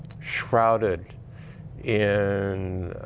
shrouded in